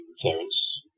Terence